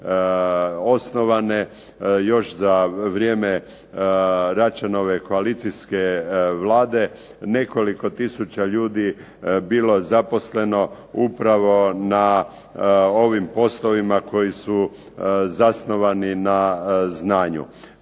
osnovane, još za vrijeme Račanove koalicijske Vlade, nekoliko tisuća ljudi bilo zaposleno upravo na ovim poslovima koji su zasnovani na znanju.